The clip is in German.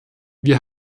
wir